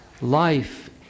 life